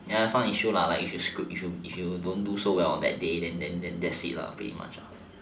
ya it's not an issue lah like if if you you screwed don't do as well on that day then that it's lah pretty much it lah